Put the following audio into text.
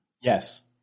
Yes